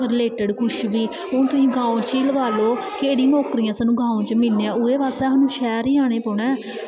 related कुछ बी हून तुस गांव च ही लगा लो केह्ड़ियां नौकररियां स्हानू गांव च मिलनियां साह्नू शैह्र च जाना पौना ऐ